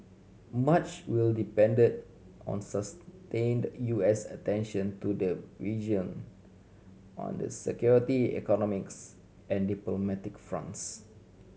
much will depended on sustained U S attention to the region on the security economics and diplomatic fronts